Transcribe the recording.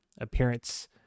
appearance